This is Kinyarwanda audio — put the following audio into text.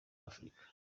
afurika